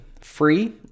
Free